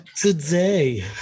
today